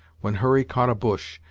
when hurry caught a bush,